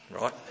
Right